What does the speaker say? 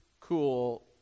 cool